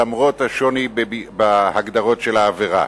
למרות השוני בהגדרות של העבירה.